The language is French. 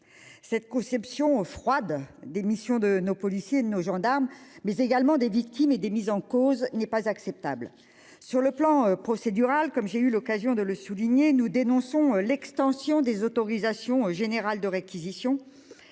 Cette conception froide d'missions de nos policiers, nos gendarmes mais également des victimes et des mises en cause n'est pas acceptable sur le plan procédural comme j'ai eu l'occasion de le souligner, nous dénonçons l'extension des autorisations générales de réquisition,